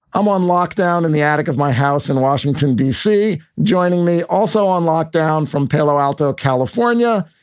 i'm on lock down in the attic of my house in washington, d c. joining me also on lockdown from palo alto, california,